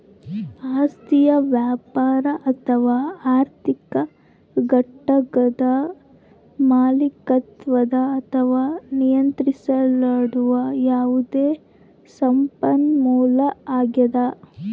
ಆಸ್ತಿಯು ವ್ಯಾಪಾರ ಅಥವಾ ಆರ್ಥಿಕ ಘಟಕದ ಮಾಲೀಕತ್ವದ ಅಥವಾ ನಿಯಂತ್ರಿಸಲ್ಪಡುವ ಯಾವುದೇ ಸಂಪನ್ಮೂಲ ಆಗ್ಯದ